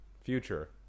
future